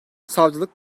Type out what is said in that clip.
savcılık